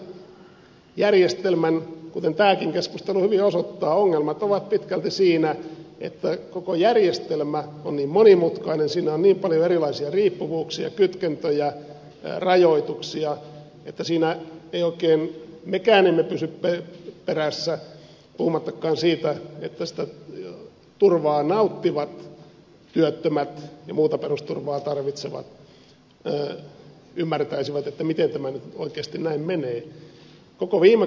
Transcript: suomalaisen järjestelmän kuten tämäkin keskustelu hyvin osoittaa ongelmat ovat pitkälti siinä että koko järjestelmä on niin monimutkainen siinä on niin paljon erilaisia riippuvuuksia kytkentöjä rajoituksia että siinä emme oikein mekään pysy perässä puhumattakaan siitä että sitä turvaa nauttivat työttömät ja muuta perusturvaa tarvitsevat ymmärtäisivät miten tämä nyt oikeasti näin menee